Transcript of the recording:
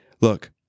Look